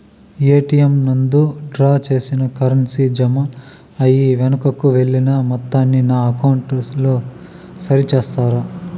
ATM నందు draw చేసిన currency జామ అయి వెనుకకు వెళ్లిన మొత్తాన్ని నా అకౌంట్ లో సరి చేస్తారా?